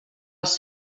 els